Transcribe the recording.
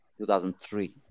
2003